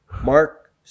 Mark